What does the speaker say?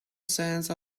sense